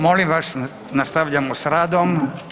Molim vas, nastavljamo s radom.